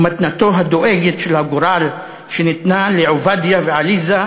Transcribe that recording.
ומתנתו הדואגת של הגורל שניתנו לעובדיה ועליזה,